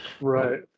right